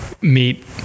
meet